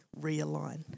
realign